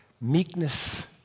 meekness